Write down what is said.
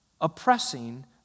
oppressing